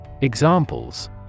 Examples